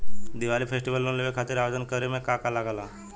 Diwali festival loan लेवे खातिर आवेदन करे म का का लगा तऽ?